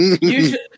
Usually